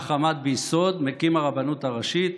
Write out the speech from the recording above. את זה העמיד ביסוד מקים הרבנות הראשית